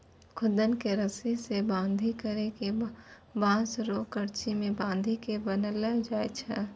खुद्दन के रस्सी से बांधी करी के बांस रो करची मे बांधी के बनैलो जाय छै